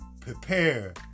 Prepare